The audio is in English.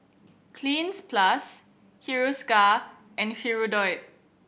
Cleanz Plus Hiruscar and Hirudoid